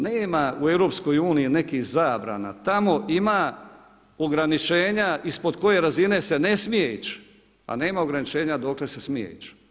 Nema u EU nekih zabrana, tamo ima ograničenja ispod koje razine se ne smije ići, a nema ograničenja dokle se smije ići.